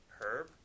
Herb